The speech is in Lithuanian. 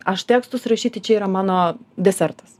aš tekstus rašyti čia yra mano desertas